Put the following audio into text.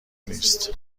نیست